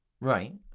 Right